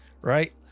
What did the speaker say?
right